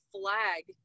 flag